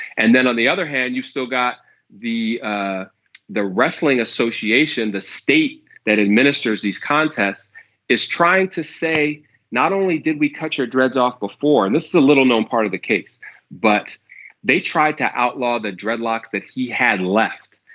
and then on the other hand you've still got the ah the wrestling association the state that administers these contests is trying to say not only did we cut your dreads off before and this is a little known part of the case but they tried to outlaw the dreadlocks that he had left.